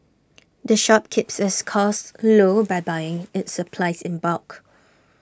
the shop keeps its costs low by buying its supplies in bulk